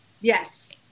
yes